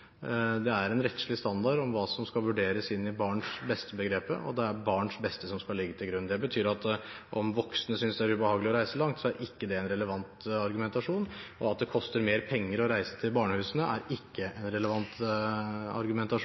Det er en rettslig standard om hva som skal vurderes inn i barns beste-begrepet. Det er barns beste som skal ligge til grunn. Det betyr at om voksne synes det er ubehagelig å reise langt, er ikke det en relevant argumentasjon. At det koster mer penger å reise til barnehusene, er ikke en relevant argumentasjon.